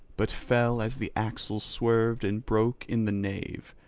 but fell as the axle swerved and broke in the nave,